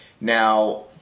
Now